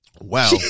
Wow